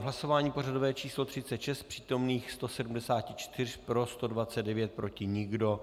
Hlasování pořadové číslo 36, z přítomných 174 pro 129, proti nikdo.